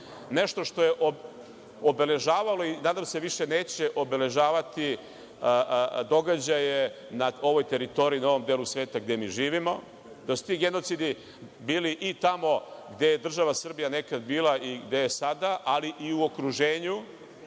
nešto što je obeležavalo i nadam se više neće obeležavati događaje na ovoj teritoriji, na ovom delu svetu gde mi živimo, da su ti genocidi bili i tamo gde je država Srbija nekad bila i gde je sada, ali i u okruženju,